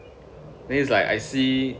then is like I see